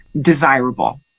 desirable